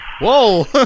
Whoa